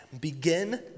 begin